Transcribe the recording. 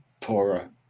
poorer